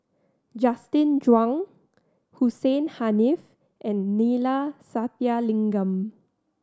Justin Zhuang Hussein Haniff and Neila Sathyalingam